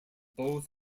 both